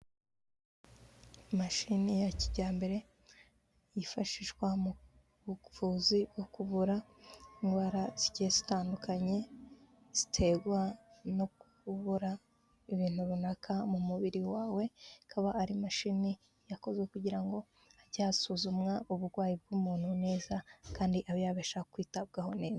Imashini ya kijyambere yifashishwa mu buvuzi bwo ku kuvura indwara zigiye zitandukanye, ziterwa no kubura ibintu runaka mu mubiri wawe, akaba ari imashini yakozwe kugira ngo hasuzumwa uburwayi bw'umuntu neza, kandi abe yabasha kwitabwaho neza.